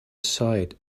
side